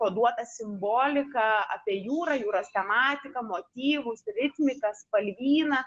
koduotą simboliką apie jūrą jūros tematiką motyvus ritmiką spalvyną